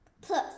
plus